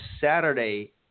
Saturday